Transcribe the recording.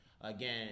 Again